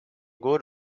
good